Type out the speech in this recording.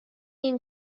این